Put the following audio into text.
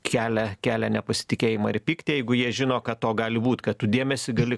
kelia kelia nepasitikėjimą ir pyktį jeigu jie žino kad to gali būt kad tu dėmesį gali